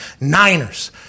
Niners